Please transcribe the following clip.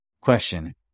Question